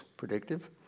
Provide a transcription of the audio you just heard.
Predictive